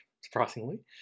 surprisingly